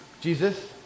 Jesus